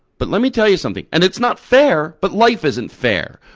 but let me tell you something. and it's not fair, but life isn't fair.